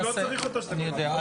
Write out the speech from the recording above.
אני יודע.